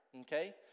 okay